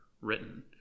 written